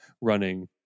running